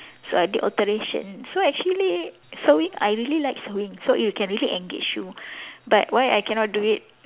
so I did alteration so I actually sewing I really like sewing so it can really engage you but why I cannot do it